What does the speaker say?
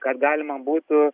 kad galima būtų